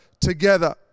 together